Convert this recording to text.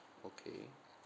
okay